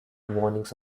warnings